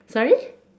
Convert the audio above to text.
sorry